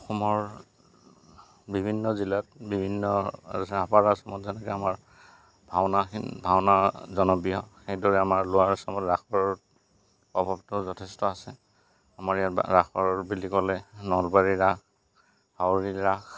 অসমৰ বিভিন্ন জিলাত বিভিন্ন আপাৰ অসমত যেনেকৈ আমাৰ ভাওনাখিনি ভাওনা জনপ্ৰিয় সেইদৰে আমাৰ লোৱাৰ অসমত ৰাসৰ প্ৰভাৱটো যথেষ্ট আছে আমাৰ ইয়াত ৰাসৰ বুলি ক'লে নলবাৰী ৰাস হাউলীৰ ৰাস